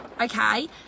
okay